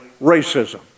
racism